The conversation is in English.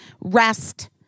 rest